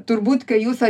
turbūt kai jūs